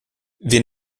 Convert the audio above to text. wir